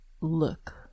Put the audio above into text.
look